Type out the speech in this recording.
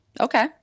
Okay